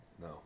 No